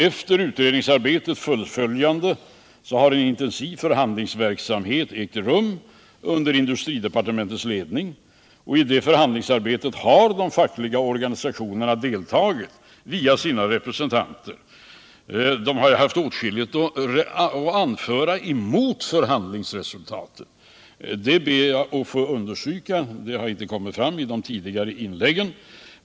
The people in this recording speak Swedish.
Efter utredningsarbetets fullföljande har en intensiv förhandlingsverksamhet ägt rum under industridepartementets ledning, och i det förhandlingsarbetet har de fackliga organisationerna deltagit via sina representanter. De har haft åtskilligt att anföra emot förhandlingsresultatet, det ber jag att få understryka. Det har inte kommit fram i de tidigare inläggen.